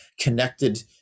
connected